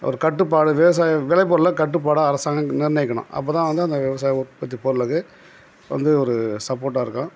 ஒரு கட்டுப்பாடு விவசாய விளைபொருளை கட்டுப்பாடாக அரசாங்கம் நிர்ணயிக்கணும் அப்போ தான் வந்து அந்த விவசாய உற்பத்தி பொருளுக்கு வந்து ஒரு சப்போர்டாக இருக்கும்